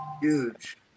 Huge